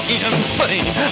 insane